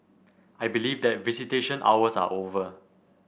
I believe that visitation hours are over